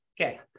Okay